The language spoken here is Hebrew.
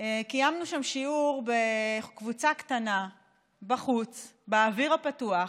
קיימנו שם שיעור בקבוצה קטנה בחוץ, באוויר הפתוח.